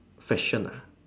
fashion ah